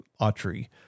Autry